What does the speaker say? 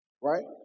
right